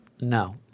No